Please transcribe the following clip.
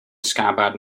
scabbard